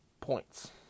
points